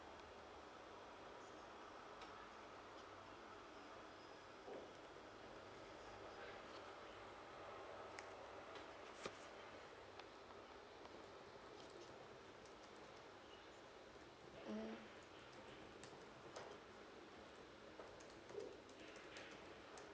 mm